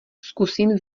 zkusím